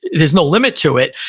there's no limit to it,